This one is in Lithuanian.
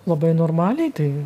labai normaliai tai